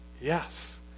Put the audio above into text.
yes